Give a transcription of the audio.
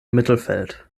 mittelfeld